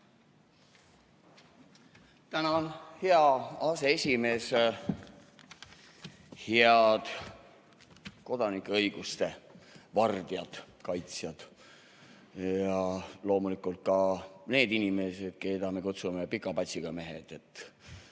Tänan, hea aseesimees! Head kodanike õiguste vardjad, kaitsjad ja loomulikult ka need inimesed, keda me kutsume pika patsiga meesteks.